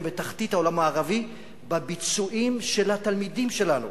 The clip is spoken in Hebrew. בתחתית העולם המערבי בביצועים של התלמידים שלנו